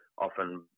often